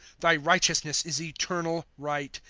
thy righteousness is eternal right,